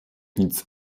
nic